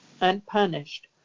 unpunished